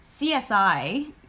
CSI